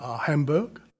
Hamburg